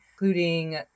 including